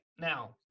Now